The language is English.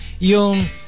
yung